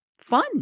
fun